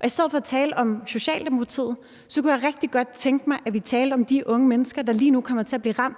Og i stedet for at tale om Socialdemokratiet kunne jeg rigtig godt tænke mig, at vi talte om de unge mennesker, der lige nu kommer til at blive ramt